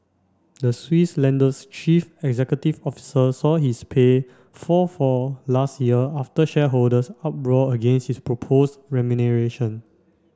the Swiss lender's chief executive officer saw his pay fall for last year after shareholders uproar against his propose remuneration